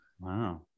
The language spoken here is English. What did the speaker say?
Wow